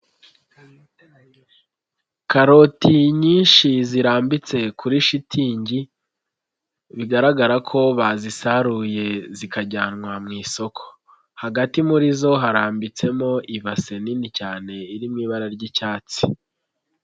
Karoti nyinshi zirambitse kuri shitingi, bigaragara ko bazisaruye zikajyanwa mu isoko, hagati muri zo harambitsemo ibase nini cyane iri mu ibara ry'icyatsi.